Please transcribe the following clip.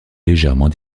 légèrement